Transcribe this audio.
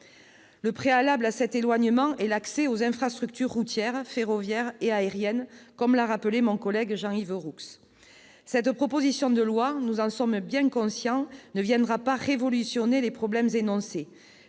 Le préalable à cet éloignement est l'accès aux infrastructures routières, ferroviaires et aériennes, comme l'a rappelé mon collègue Jean-Yves Roux. Cette proposition de loi, nous en sommes bien conscients, ne viendra pas révolutionner les problèmes énoncés,